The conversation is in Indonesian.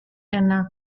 enak